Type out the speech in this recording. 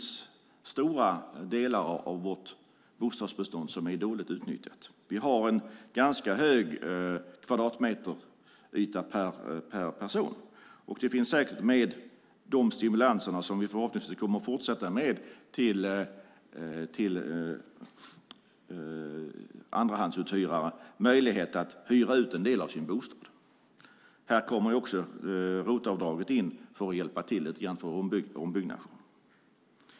Stora delar av vårt bostadsbestånd är dåligt utnyttjat. Kvadratmeterytan per person är ganska hög. Det finns säkert - med de stimulanser som vi förhoppningsvis kommer att fortsätta med till andrahandsuthyrare - möjlighet att hyra ut en del av sin bostad. Här kommer också ROT-avdraget in för att hjälpa till lite grann vid ombyggnad.